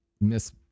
miss